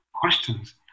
questions